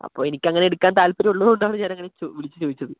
അപ്പോൾ എനിക്കങ്ങനെ എടുക്കാന് താല്പ്പര്യം ഉള്ളതുകൊണ്ടാണ് ഞാനങ്ങനെ ചോ വിളിച്ച് ചോദിച്ചത്